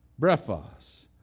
brephos